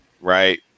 right